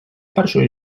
першою